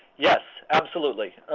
yes. absolutely.